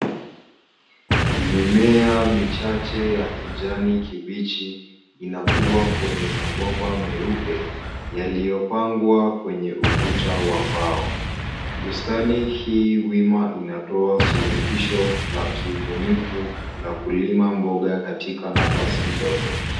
Mimea michache ya kijani kibichi inakua kwenye mabomba meupe yaliyopangwa kwenye ukuta wa mbao. Bustani hii wima inatoa suluhisho na kiubunifu na kulima mboga katika nafasi ndogo.